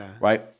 right